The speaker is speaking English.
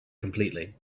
completely